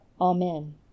Amen